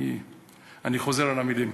אני חוזר על המילים: